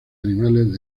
animales